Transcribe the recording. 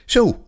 Zo